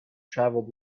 travelled